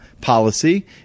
policy